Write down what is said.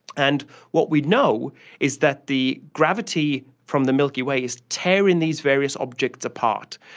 and what we know is that the gravity from the milky way is tearing these various objects apart.